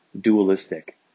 dualistic